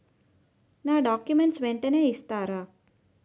నా డాక్యుమెంట్స్ వెంటనే ఇస్తారా?